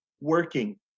working